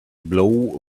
blow